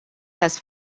las